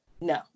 no